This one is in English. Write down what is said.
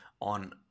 on